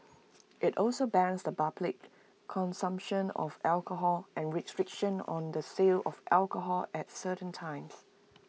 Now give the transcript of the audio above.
IT also bans the public consumption of alcohol and restrictions on the sale of alcohol at certain times